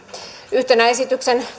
yhtenä esityksen